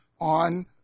on